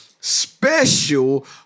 special